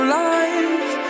life